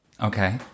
okay